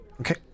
Okay